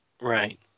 Right